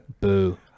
boo